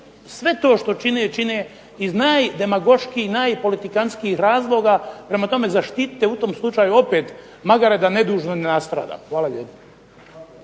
sve to što čine, čine iz najdemagoškijih i najpolitikantskijih razloga. Prema tome zaštite u tom slučaju opet magare da nedužno ne nastrada. Hvala lijepo.